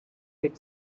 had